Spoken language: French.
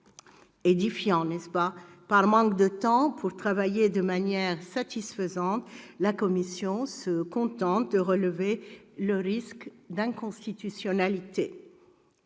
Édifiant, n'est-ce pas ? Par manque de temps pour travailler de manière satisfaisante, la commission se contente de « relever » le risque d'inconstitutionnalité.